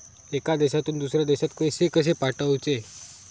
एका देशातून दुसऱ्या देशात पैसे कशे पाठवचे?